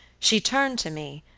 she turned to me,